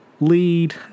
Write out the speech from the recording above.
lead